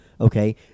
Okay